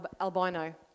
Albino